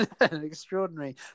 Extraordinary